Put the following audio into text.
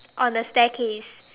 on the staircase